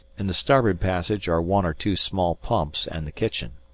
in the starboard passage are one or two small pumps and the kitchen.